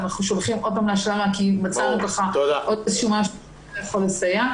אנחנו שולחים עוד פעם להשלמה כי מצאנו בכך עוד איזשהו משהו שיכול לסייע.